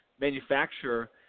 manufacturer